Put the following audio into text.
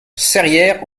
serrières